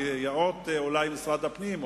אולי ייאות משרד הפנים,